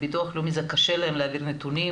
לביטוח לאומי קשה להעביר נתונים,